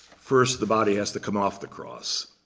first, the body has to come off the cross.